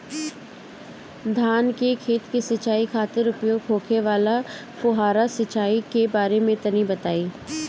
धान के खेत की सिंचाई खातिर उपयोग होखे वाला फुहारा सिंचाई के बारे में तनि बताई?